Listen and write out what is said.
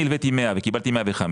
אם אני הלוויתי 100 וקיבלתי 105,